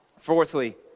Fourthly